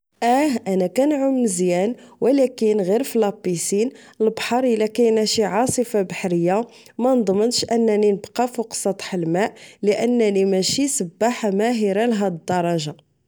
أه أنا كنعوم مزيان ولكن فلابيسين البحر إلى كينة شي عاصفة بحرية منضمنش أنني نبقا فوق سطح الماء لأنني ماشي سباحة ماهرة لهاد الدرجة